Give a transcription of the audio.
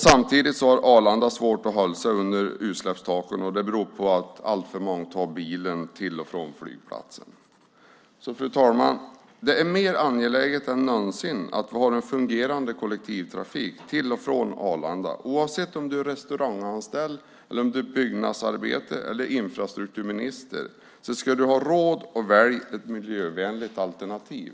Samtidigt har Arlanda svårt att hålla sig under utsläppstaken, och det beror på att alltför många tar bilen till och från flygplatsen. Fru talman! Det är mer angeläget än någonsin att vi har en fungerande kollektivtrafik till och från Arlanda. Oavsett om du är restauranganställd, byggnadsarbetare eller infrastrukturminister ska du ha råd att välja ett miljövänligt alternativ.